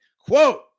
Quote